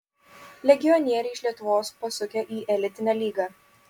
legionieriai iš lietuvos pasukę į elitinę lygą